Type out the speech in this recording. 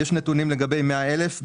יש נתונים לגבי 100 אלף,